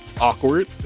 awkward